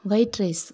white rice